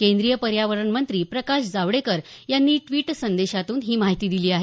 केंद्रीय पर्यावरण मंत्री प्रकाश जावडेकर यांनी द्वीट संदेशातून ही माहिती दिली आहे